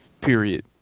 period